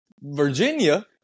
Virginia